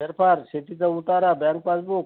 फेरफार शेतीचा उतारा बँक पासबुक